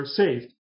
saved